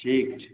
ठीक छै